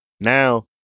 Now